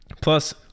Plus